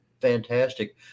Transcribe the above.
fantastic